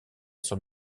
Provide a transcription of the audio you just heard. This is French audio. son